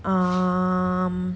um